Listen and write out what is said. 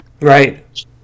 Right